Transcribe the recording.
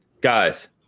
guys